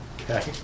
Okay